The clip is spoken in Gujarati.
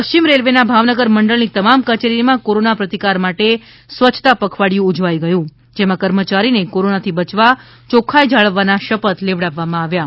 પશ્ચિમ રેલ્વે ના ભાવનગર મંડળ ની તમામ કચેરી માં કોરોના પ્રતિકાર માટે સ્વચ્ચ્તા પખવાડિયું ઉજવાઇ ગયું જેમાં કર્મચારી ને કોરોના થી બચવા ચોખ્ખાઈ જાળવવા ના શપથ લેવડાવવા માં આવ્યા હતા